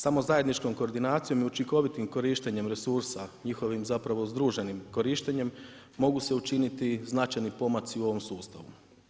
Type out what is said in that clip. Samo zajedničkom koordinacijom i učinkovitim korištenjem resursa, njihovim zapravo združenim korištenjem mogu se učiniti značajni pomaci u ovom sustavu.